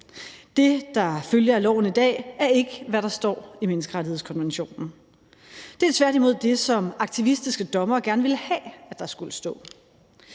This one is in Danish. Det, der følger af loven i dag, er ikke, hvad der står i menneskerettighedskonventionen. Det er tværtimod det, som aktivistiske dommere gerne ville have der skulle stå.